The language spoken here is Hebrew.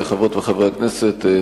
חברות וחברי הכנסת,